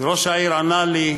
אז ראש העיר ענה לי,